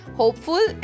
hopeful